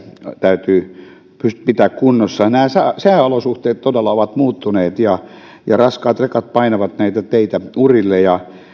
täytyy pitää kunnossa nämä sääolosuhteet todella ovat muuttuneet ja raskaat rekat painavat näitä teitä urille